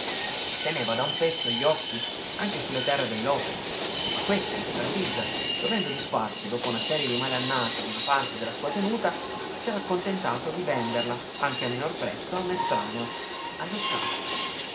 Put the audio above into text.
teneva da un pezzo gli occhi anche su le terre del lopes ma questi per bizza dovendo disfarsi dopo una serie di male annate d'una parte della sua tenuta s'era contentato di venderla anche a minor prezzo a un estraneo allo scala